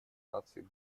наций